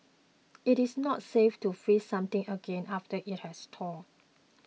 it is not safe to freeze something again after it has thawed